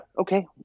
okay